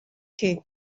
que